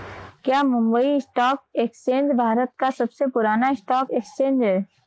क्या Mumbai stock exchange Bharat का सबसे पुराना स्टॉक एक्सचेंज है?